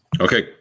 Okay